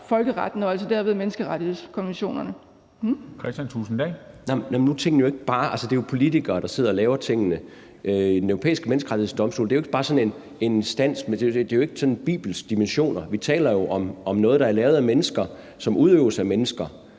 Thulesen Dahl. Kl. 14:11 Kristian Thulesen Dahl (DF): Altså, det er jo politikere, der sidder og laver tingene. Den Europæiske Menneskerettighedsdomstol er jo ikke bare sådan en instans af bibelske dimensioner. Vi taler jo om noget, der er lavet af mennesker, og som udøves af mennesker.